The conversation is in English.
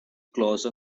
close